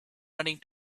running